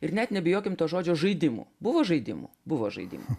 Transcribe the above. ir net nebijokim to žodžio žaidimų buvo žaidimų buvo žaidimų